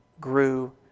grew